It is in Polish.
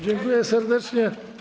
Dziękuję serdecznie.